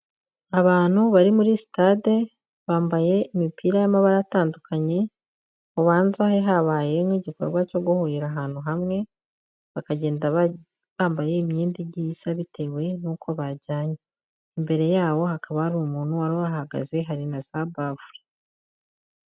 Abantu bari muri sitade bambaye imipira y'amabara atandukanye, ubanza habaye nk'igikorwa cyo guhurira ahantu hamwe, bakagenda bambaye imyenda igiye isa bitewe n'uko bajyanye, imbere yabo hakaba hari umuntu uhahagaze, hari na za bafure.